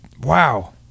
Wow